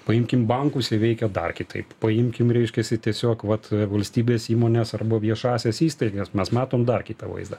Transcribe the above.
paimkim bankus jie veikia dar kitaip paimkim reiškiasi tiesiog vat valstybės įmonės arba viešąsias įstaigas mes matom dar kitą vaizdą